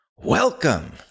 Welcome